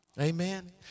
Amen